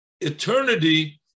eternity